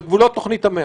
בגבולות תוכנית המאה.